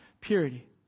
purity